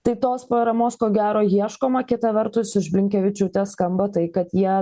tai tos paramos ko gero ieškoma kita vertus iš blinkevičiūtės skamba tai kad jie